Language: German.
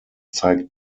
zeigt